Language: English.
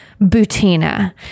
Butina